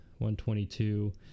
122